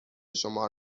شمار